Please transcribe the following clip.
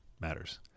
matters